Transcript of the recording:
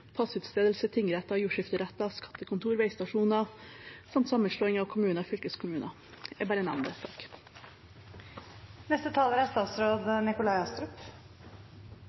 passutstedelse, tingretter og jordskifteretter, skattekontor og veistasjoner samt sammenslåing av kommuner og fylkeskommuner. Jeg bare nevner det. Jeg er